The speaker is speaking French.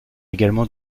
également